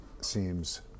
seems